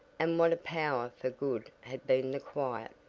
and what a power for good had been the quiet,